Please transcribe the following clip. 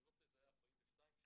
אם אני לא טועה זה היה 42 שקלים.